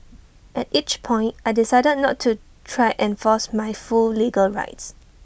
at each point I decided not to try enforce my full legal rights